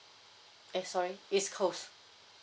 eh sorry east coast